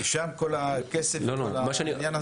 שם כל הכסף וכל העניין הזה.